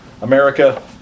America